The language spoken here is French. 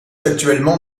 actuellement